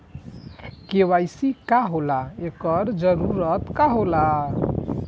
KYC का होला एकर जरूरत का होला?